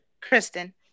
Kristen